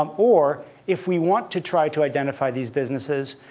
um or if we want to try to identify these businesses,